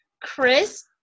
Chris